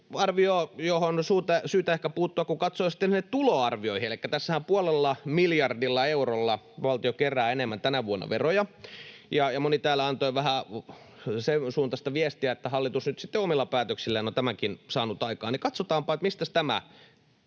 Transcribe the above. arvio, johon on ehkä syytä puuttua, kun katsoo sitten näihin tuloarvioihin: Elikkä tässähän puolella miljardilla eurolla valtio kerää tänä vuonna enemmän veroja, ja kun moni täällä antoi vähän sen suuntaista viestiä, että hallitus nyt sitten omilla päätöksillään on tämänkin saanut aikaan, niin katsotaanpa, mistäs tämä